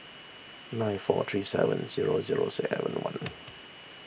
nine four three seven zero zero seven one